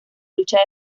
lucha